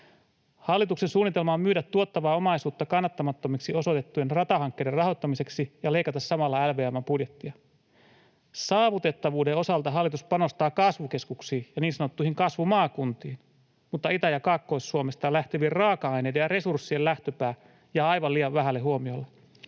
Hallituksen suunnitelma on myydä tuottavaa omaisuutta kannattamattomiksi osoitettujen ratahankkeiden rahoittamiseksi ja leikata samalla LVM:n budjettia. Saavutettavuuden osalta hallitus panostaa kasvukeskuksiin ja niin sanottuihin kasvumaakuntiin, mutta Itä- ja Kaakkois-Suomesta lähtevien raaka-aineiden ja resurssien lähtöpää jää aivan liian vähälle huomiolle.